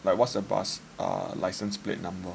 like what's the bus err license plate number